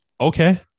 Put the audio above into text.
Okay